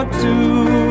two